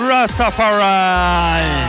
Rastafari